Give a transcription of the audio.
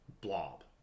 blob